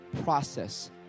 process